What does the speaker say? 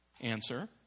Answer